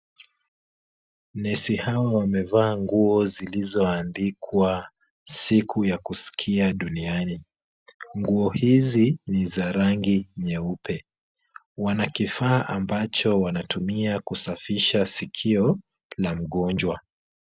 Nesi hawa wamevaa nguo zilizoandikwa siku ya kusikia duniani. Nguo hizi ni za rangi nyeupe. Wanakifaa ambacho wanatumia kusafisha sikio la mgonjwa.